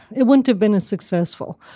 it wouldn't have been as successful.